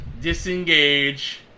Disengage